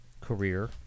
career